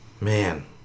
Man